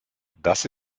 das